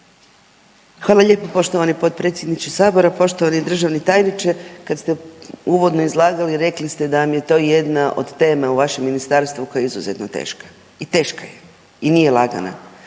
Hvala lijepo poštovani potpredsjedniče sabora. Poštovani državni tajniče, kad uvodno izlagali rekli ste da vam je to jedna od tema u vašem ministarstvu koja je izuzetno teška. I teška je i nije lagana